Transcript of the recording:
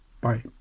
Bye